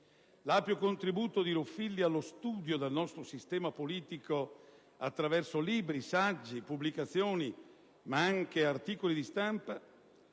L'ampio contributo di Ruffilli allo studio del nostro sistema politico attraverso libri, saggi, pubblicazioni, ma anche articoli di stampa,